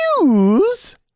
news